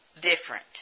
different